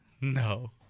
No